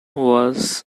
was